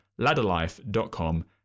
ladderlife.com